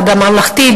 ועדה ממלכתית,